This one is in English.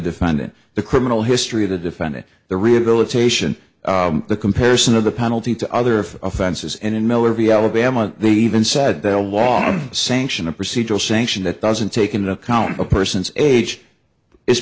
defendant the criminal history of the defendant the rehabilitation the comparison of the penalty to other offenses and in miller b alabama the even said there was a sanction a procedural sanction that doesn't take into account a person's age is